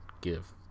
give